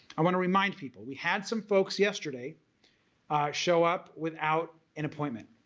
i want to remind people we had some folks yesterday show up without an appointment.